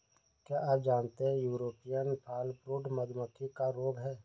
क्या आप जानते है यूरोपियन फॉलब्रूड मधुमक्खी का रोग है?